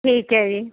ਠੀਕ ਹੈ ਜੀ